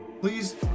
please